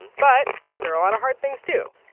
but there are a lot of hard things too.